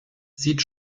sieht